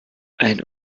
ein